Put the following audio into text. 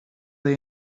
they